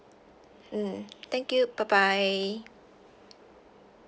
mm thank you bye bye